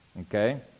Okay